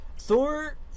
Thor